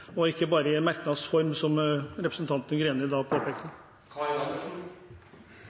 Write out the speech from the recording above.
og ikke bare i merknads form, som representanten Greni påpekte.